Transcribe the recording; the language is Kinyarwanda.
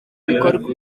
bikorwa